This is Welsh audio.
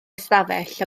ystafell